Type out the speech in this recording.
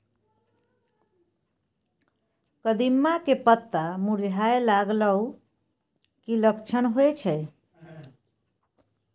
कदिम्मा के पत्ता मुरझाय लागल उ कि लक्षण होय छै?